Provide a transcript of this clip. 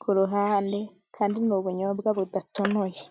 ku ruhande, kandi ni ubunyobwa budatonoye.